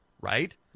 right